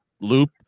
loop